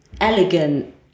elegant